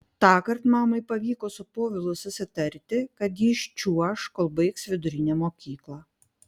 tąkart mamai pavyko su povilu susitarti kad jis čiuoš kol baigs vidurinę mokyklą